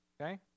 okay